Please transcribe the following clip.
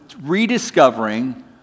rediscovering